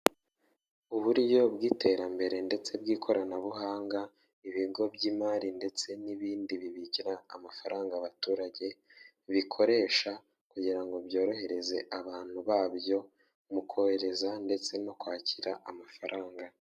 Uburyo bw'iterambere ndetse bw'ikoranabuhanga ibigo by'imari ndetse n'ibindi bibikira amafaranga abaturage bikoresha, kugira ngo byorohereze abantu babyo mu kohereza ndetse no kwakira amafaranga.